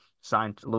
signed